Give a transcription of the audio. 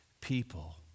people